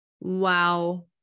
Wow